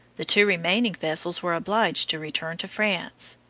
the two remaining vessels were obliged to return to france.